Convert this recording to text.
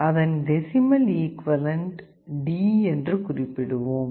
அதன் decimal equivalent D என்று குறிப்பிடுவோம்